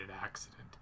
accident